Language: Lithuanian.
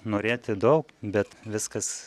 norėti daug bet viskas